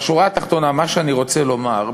מה שאני רוצה לומר,